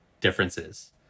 differences